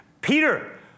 Peter